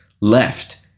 left